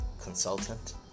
consultant